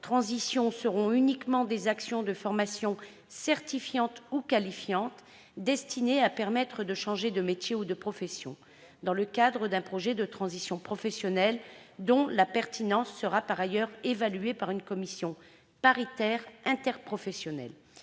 transition seront uniquement des actions de formation certifiantes ou qualifiantes, destinées à permettre de changer de métier ou de profession, dans le cadre d'un projet de transition professionnelle dont la pertinence sera par ailleurs évaluée par une commission paritaire interprofessionnelle.